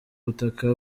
butaka